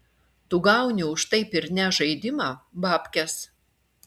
tu gauni už taip ir ne žaidimą bapkes